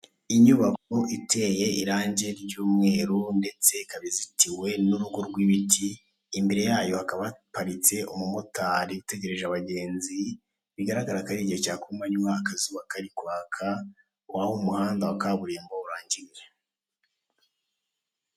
Inyubako itewe irange ry'umweru ndetse ikaba izitiwe n'urugo rw'ibiti, imbere yayo hakaba haparitse umumotari utegereje abagenzi, bigaragara ko ari igihe cya ku manywa akazuba kari kwaka aho umuhanda wa kaburimbo urangiriye.